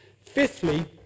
Fifthly